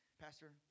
pastor